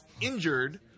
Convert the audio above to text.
injured